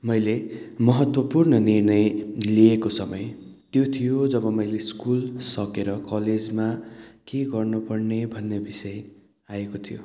मैले महत्त्वपूर्ण निर्णय लिएको समय त्यो थियो जब मैले स्कुल सकेर कलेजमा के गर्नु पर्ने भन्ने विषय आएको थियो